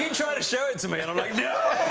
try to share it to me, and i'm like yeah